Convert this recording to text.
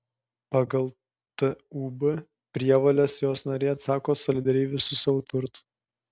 pagal tūb prievoles jos nariai atsako solidariai visu savo turtu